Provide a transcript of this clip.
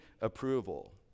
approval